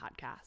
podcast